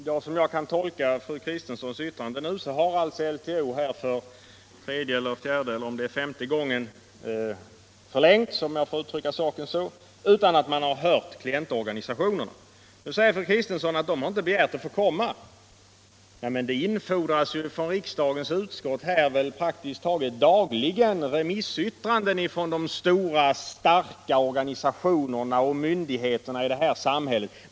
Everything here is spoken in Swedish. Herr talman! Om jag tolkat fru Kristensson rätt har nu alltså LTO för tredje, fjärde eller femte gången förlängts — om jag får uttrycka saken så — utan att man har hört klientorganisationerna. Nu säger fru Kristensson att de inte har begärt att få bli hörda. Men riksdagens utskott infordrar ju praktiskt taget dagligen remissyttranden från de stora, starka organisationerna och myndigheterna i det här samhället.